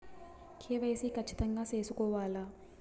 KYC ఖచ్చితంగా సేసుకోవాలా